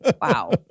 Wow